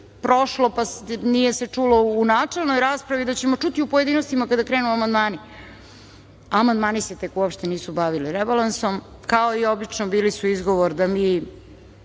prošlo, nije se čulo u načelnoj raspravi, da ćemo čuti u pojedinostima kada krenu amandmani. Amandmani se tek uopšte nisu bavili rebalansom, kao i obično, bili su izgovor da mi